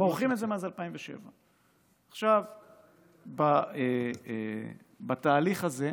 מורחים את זה מאז 2007. בתהליך הזה,